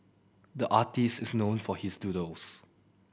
the artist is known for his doodles